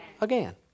again